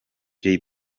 jay